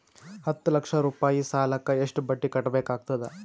ಹತ್ತ ಲಕ್ಷ ರೂಪಾಯಿ ಸಾಲಕ್ಕ ಎಷ್ಟ ಬಡ್ಡಿ ಕಟ್ಟಬೇಕಾಗತದ?